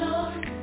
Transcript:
Lord